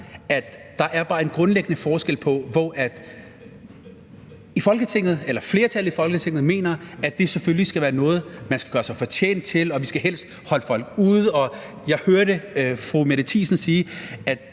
at der bare er en grundlæggende forskel på det, hvor et flertal i Folketinget mener, at det selvfølgelig skal være noget, som man skal gøre sig fortjent til, og at vi helst skal holde folk ude, og jeg hørte fru Mette Thiesen sige,